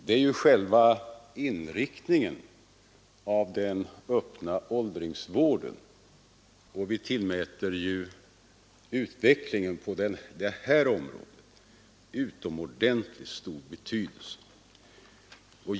Det är alltså själva inriktningen av den öppna åldringsvården, och vi tillmäter utvecklingen på det här området utomordentlig stor betydelse.